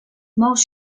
most